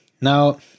Now